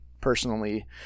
personally